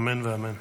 אמן ואמן.